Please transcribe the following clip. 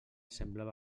semblava